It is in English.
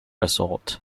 assault